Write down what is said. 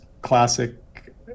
classic